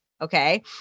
okay